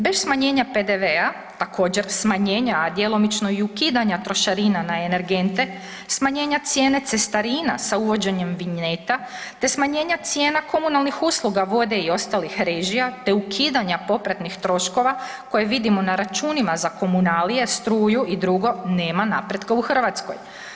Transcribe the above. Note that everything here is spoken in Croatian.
Bez smanjenje PDV-a također smanjenja a djelomično i ukidanja trošarina na energente, smanjenje cijena cestarina sa uvođenjem vinjeta te smanjenja cijena komunalnih usluga vode i ostalih režija te ukidanja popratnih troškova koje vidimo na računima za komunalije, struju i dr., nema napretka u Hrvatskoj.